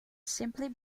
simply